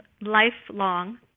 lifelong